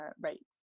rates